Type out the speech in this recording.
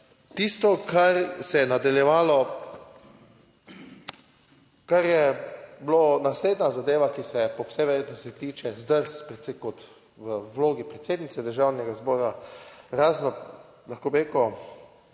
Tisto, kar se je nadaljevalo, kar je bilo naslednja zadeva, ki se je po vsej verjetnosti tiče, zdrs kot v vlogi predsednice Državnega zbora, razen, lahko bi